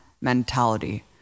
mentality